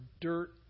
dirt